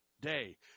Day